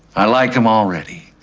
i like him already.